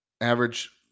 average